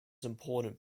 important